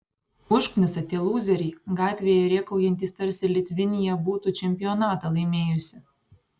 užknisa tie lūzeriai gatvėje rėkaujantys tarsi litvinija būtų čempionatą laimėjusi